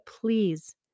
please